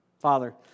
Father